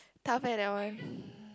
tough leh that one